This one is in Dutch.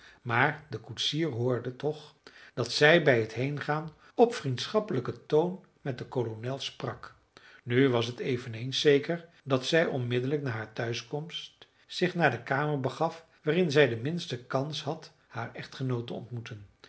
maar de koetsier hoorde toch dat zij bij het heengaan op vriendschappelijken toon met den kolonel sprak nu was het eveneens zeker dat zij onmiddellijk na haar thuiskomst zich naar de kamer begaf waarin zij de minste kans had haar echtgenoot te ontmoeten